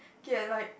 like